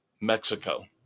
Mexico